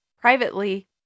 privately